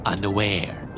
Unaware